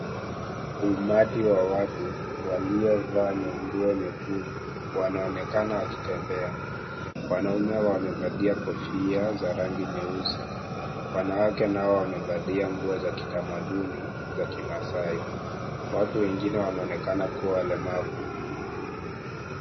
Umati wa watu waliovaa nguo nyekundu wanaononekana wakitembea . Wanaume wamevalia kofia za rangi nyeusi , wanawake nao wamevalia nguo za kitamaduni za kimaasai . Watu wengine wanaonekana kuwa walemavu.